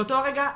באותו רגע,